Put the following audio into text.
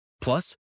Plus